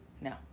No